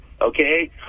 okay